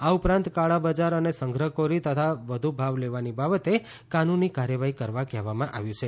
આ ઉપરાંત કાળા બજાર અને સંગ્રહખોરી તથા વધુ ભાવ લેવાની બાબતે કાનૂની કાર્યવાહી કરવા કહેવામાં આવ્યું છે